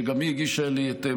וגם היא הגישה את מסקנותיה,